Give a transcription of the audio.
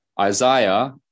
Isaiah